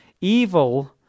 Evil